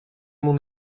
mon